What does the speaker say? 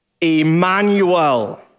Emmanuel